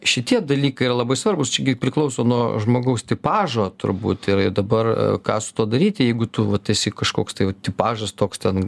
šitie dalykai yra labai svarbūs čia gi priklauso nuo žmogaus tipažo turbūt ir dabar ką su tuo daryti jeigu tu vat esi kažkoks tai vat tipažas toks ten